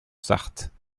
sarthe